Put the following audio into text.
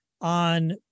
on